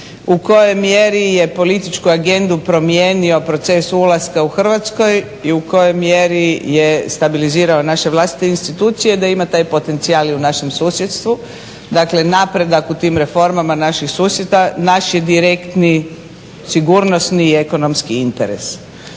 u kojoj mjeri je političku agendu promijenio proces ulaska u Hrvatskoj i u kojoj mjeri je stabilizirao naše vlastite institucije da ima taj potencijal i u našem susjedstvu. Dakle, napredak u tim reformama naših susjeda naš je direktni sigurnosni i ekonomski interes.